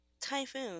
typhoon